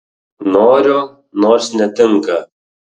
noriu nors netinka